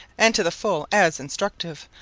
and to the full as instructive,